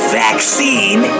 vaccine